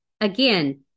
again